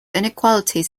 inequalities